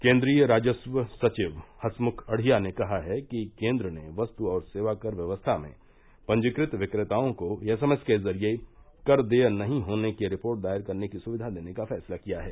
केंद्रीय राजस्व सचिव हसमुख अढ़िया ने कहा है कि केंद्र ने वस्तु और सेवा कर व्यवस्था में पंजीकृत विक्रेताओं को एसएमएस के जरिए कर देय नहीं होने की रिपोर्ट दायर करने की सुविधा देने का फैसला किया है